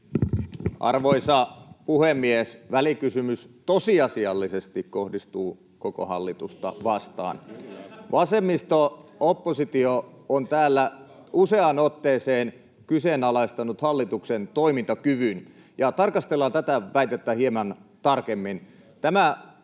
Arvoisa puhemies! Välikysymys tosiasiallisesti kohdistuu koko hallitusta vastaan. Vasemmisto-oppositio on täällä useaan otteeseen kyseenalaistanut hallituksen toimintakyvyn. Tarkastellaan tätä väitettä hieman tarkemmin.